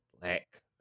black